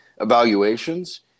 evaluations